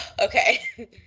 okay